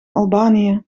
albanië